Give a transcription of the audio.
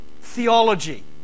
theology